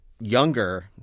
Younger